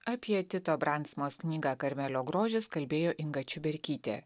apie tito branksmos knygą karmelio grožis kalbėjo inga čiuberkytė